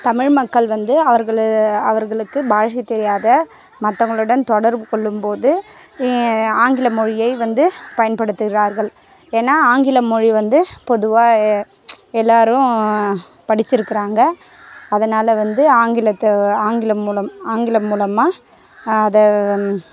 தமிழ் மக்கள் வந்து அவர்கள் அவர்களுக்கு பாஷை தெரியாத மற்றவங்களுடன் தொடர்பு கொள்ளும் போது ஆங்கில மொழியை வந்து பயன்படுத்துக்கிறார்கள் ஏன்னா ஆங்கிலம் மொழி வந்து பொதுவாக எல்லோரும் படிச்சிருக்குறாங்க அதனால் வந்து ஆங்கிலத்தை ஆங்கிலம் மூலம் ஆங்கிலம் மூலமாக அதை